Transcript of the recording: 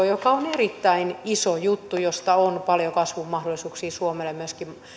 joka on erittäin iso juttu ja josta on paljon kasvun mahdollisuuksia suomelle myöskin